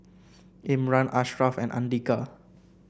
Imran Ashraf and Andika